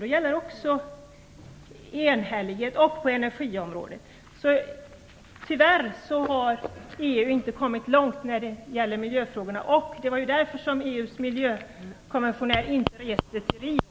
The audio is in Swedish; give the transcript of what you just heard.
Där gäller liksom också på energiområdet enhällighet. EU har alltså tyvärr inte kommit långt när det gäller miljöfrågorna. Det var därför som EU:s miljökommissionär inte reste till Wien.